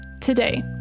today